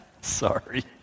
Sorry